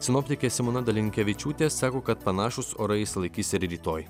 sinoptikė simona dalinkevičiūtė sako kad panašūs orai išsilaikys ir rytoj